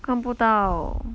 看不到